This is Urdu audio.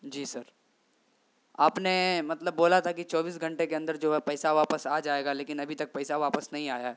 جی سر آپ نے مطلب بولا تھا کہ چوبیس گھنٹے کے اندر جو ہے پیسہ واپس آ جائے گا لیکن ابھی تک پیسہ واپس نہیں آیا ہے